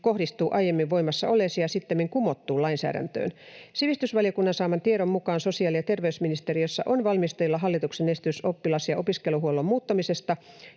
kohdistuu aiemmin voimassa olleeseen ja sittemmin kumottuun lainsäädäntöön. Sivistysvaliokunnan saaman tiedon mukaan sosiaali‑ ja terveysministeriössä on valmisteilla hallituksen esitys oppilas‑ ja opiskeluhuollon muuttamisesta,